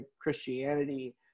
Christianity